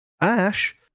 Ash